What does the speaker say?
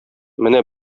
менә